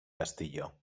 castillo